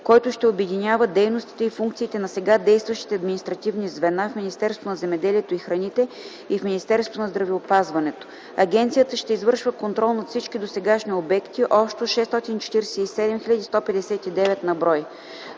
който ще обединява дейностите и функциите на сега действащите административни звена в Министерството на земеделието и храните и в Министерството на здравеопазването. Агенцията ще извършва контрол над всички досегашни обекти – общо 647 159 на брой.